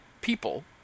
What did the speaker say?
people